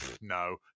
no